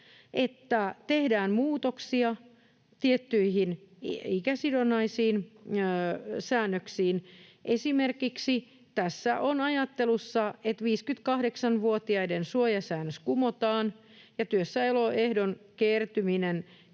että tehdään muutoksia tiettyihin ikäsidonnaisiin säännöksiin. Tässä on esimerkiksi ajattelussa, että 58-vuotiaiden suojasäännös kumotaan ja työssäoloehdon kertymisen